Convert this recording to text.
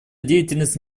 деятельность